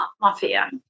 mafia